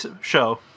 show